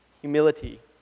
humility